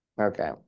Okay